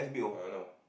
ah no